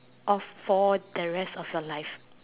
off for the rest for your life